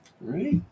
Right